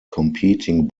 competing